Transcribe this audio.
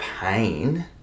pain